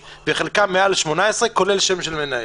חלקם מעל 18, כולל שם של מנהל.